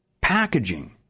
packaging